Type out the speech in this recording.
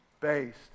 based